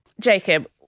Jacob